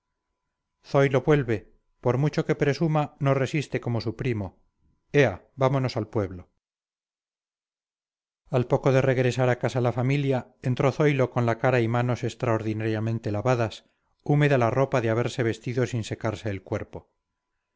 nadador zoilo vuelve por mucho que presuma no resiste como su primo ea vámonos al pueblo a poco de regresar a casa la familia entró zoilo con la cara y manos extraordinariamente lavadas húmeda la ropa de haberse vestido sin secarse el cuerpo